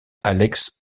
alex